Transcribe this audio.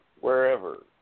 wherever